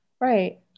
Right